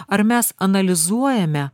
ar mes analizuojame